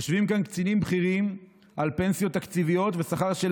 יושבים כאן קצינים בכירים על פנסיות תקציביות ושכר של